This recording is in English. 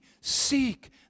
seek